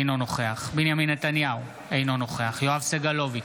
אינו נוכח בנימין נתניהו, אינו נוכח יואב סגלוביץ'